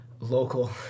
Local